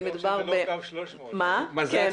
טוב שזה לא קו 300. בדיוק.